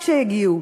וכשהם הגיעו,